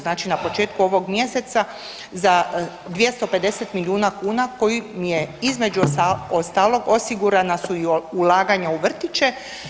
Znači na početku ovog mjeseca za 250 milijuna kuna koji im je između ostalog osigurana su i ulaganja u vrtiće.